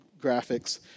graphics